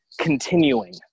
continuing